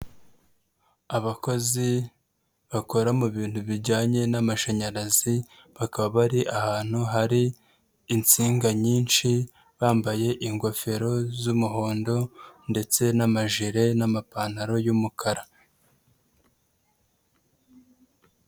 Abakozi bakora mu bintu bijyanye n'amashanyarazi, bakaba bari ahantu hari insinga nyinshi bambaye ingofero z'umuhondo ndetse n'amajire n'amapantaro y'umukara.